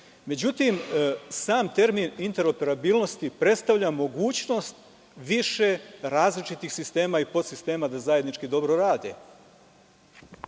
Međutim, sam termin interoperabilnost predstavlja mogućnost više različitih sistema i podsistema da zajednički dobro rade.